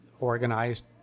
organized